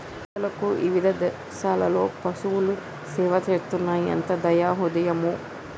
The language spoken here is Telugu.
ప్రజలకు ఇవిధ దేసాలలో పసువులు సేవ చేస్తున్నాయి ఎంత దయా హృదయమో